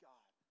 God